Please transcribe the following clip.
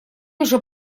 уже